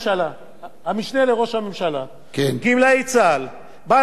גמלאי צה"ל, בא לעבוד בכנסת, יש לו קופה ציבורית,